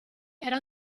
era